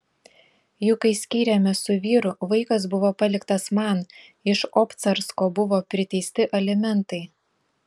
juk kai skyrėmės su vyru vaikas buvo paliktas man iš obcarsko buvo priteisti alimentai